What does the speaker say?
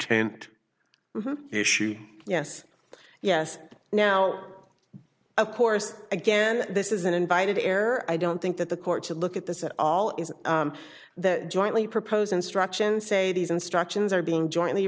and issue yes yes now of course again this is an invited error i don't think that the court to look at this at all is the jointly proposed instruction say these instructions are being jointly